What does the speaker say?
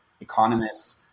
economists